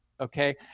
Okay